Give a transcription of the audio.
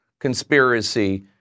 conspiracy